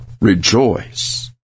rejoice